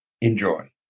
Enjoy